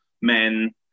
men